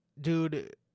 dude